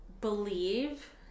believe